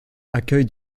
accueille